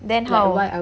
then how